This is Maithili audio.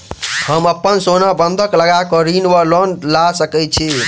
हम अप्पन सोना बंधक लगा कऽ ऋण वा लोन लऽ सकै छी?